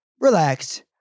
relax